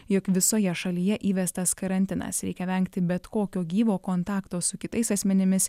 jog visoje šalyje įvestas karantinas reikia vengti bet kokio gyvo kontakto su kitais asmenimis